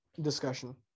discussion